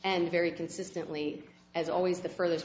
and very consistently as always the furthe